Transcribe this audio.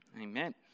amen